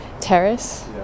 terrace